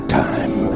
time